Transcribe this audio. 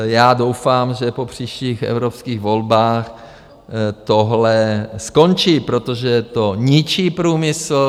Já doufám, že po příštích evropských volbách tohle skončí, protože to ničí průmysl.